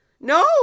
No